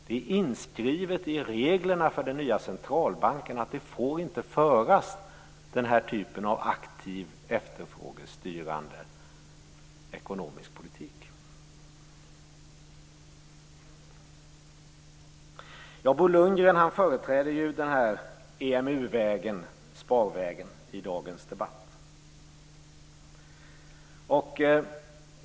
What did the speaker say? Det är inskrivet i reglerna för den nya centralbanken att den här typen av aktiv efterfrågestyrande ekonomisk politik inte får föras. Bo Lundgren företräder EMU-vägen, sparvägen, i dagens debatt.